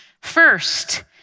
First